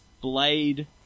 Blade